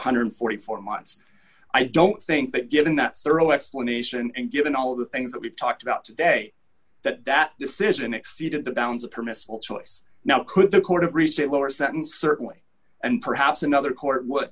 hundred and forty four months i don't think that given that thorough explanation and given all of the things that we've talked about today that that decision exceeded the bounds of permissible choice now could the court of recent lower sentence certainly and perhaps another